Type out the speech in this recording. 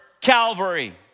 Calvary